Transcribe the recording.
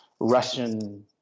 Russian